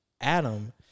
Adam